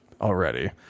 already